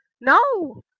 No